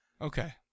Okay